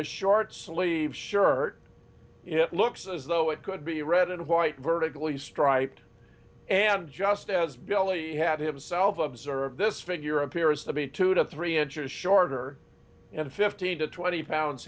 a short sleeved shirt it looks as though it could be red and white vertically striped and just as billy had himself observed this figure appears to be two to three inches shorter and fifteen to twenty pounds